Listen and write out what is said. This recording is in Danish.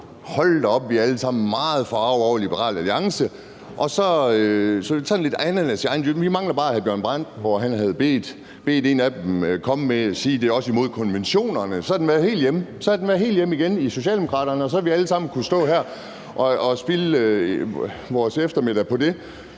som om vi alle sammen er meget forargede over Liberal Alliance? Vi mangler bare, at hr. Bjørn Brandenborg havde bedt en komme og sige, at det også er imod konventionerne. Så havde den været helt hjemme igen i Socialdemokratiet, og så havde vi alle sammen skullet stå her og spilde vores eftermiddag på det.